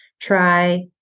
try